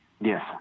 Yes